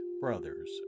brothers